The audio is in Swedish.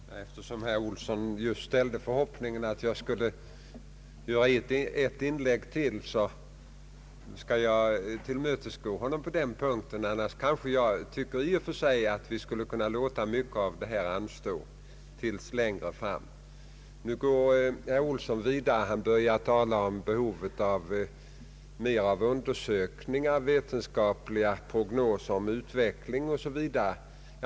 Herr talman! Eftersom herr Olsson just uttalade förhoppningen att jag skulle göra ett inlägg till, skall jag tillmötesgå honom på den punkten. Annars tycker jag i och för sig att vi skulle kunna låta mycket av detta anstå till längre fram. Nu går herr Olsson vidare och börjar tala om behovet av mera undersökningar, vetenskapliga prognoser om utvecklingen o.s.v.